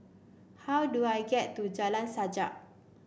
how do I get to Jalan Sajak